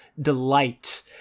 delight